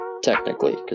Technically